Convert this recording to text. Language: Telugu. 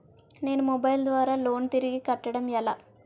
నేను మొబైల్ ద్వారా లోన్ తిరిగి కట్టడం ఎలా?